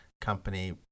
company